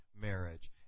marriage